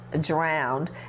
drowned